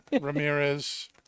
Ramirez